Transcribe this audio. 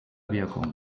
wirkung